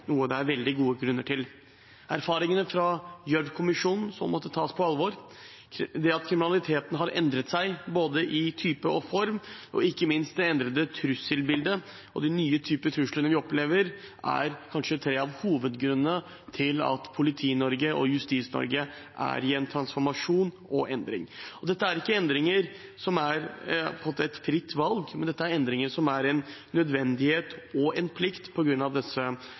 noe det er veldig gode grunner til: erfaringene fra Gjørv-kommisjonen, som måtte tas på alvor, det at kriminaliteten har endret seg, i både type og form, og ikke minst det endrede trusselbildet, med de nye typer trusler vi opplever. Det er kanskje tre av hovedgrunnene til at Politi-Norge og Justis-Norge er i en transformasjon og endring. Og dette er ikke endringer som på en måte er et fritt valg, dette er endringer som er en nødvendighet og en plikt